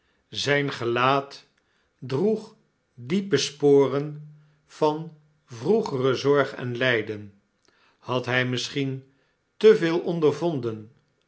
zyn gelaat droeg diepe sporen van vroegere zorg en lpen had hy misschien te veel ondervonden